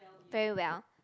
very well